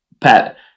Pat